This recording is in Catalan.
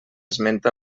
esmenta